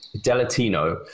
Delatino